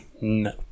No